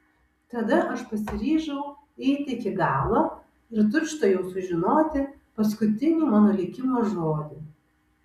tada aš pasiryžau eiti iki galo ir tučtuojau sužinoti paskutinį mano likimo žodį